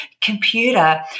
computer